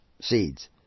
seeds